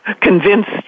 convinced